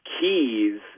keys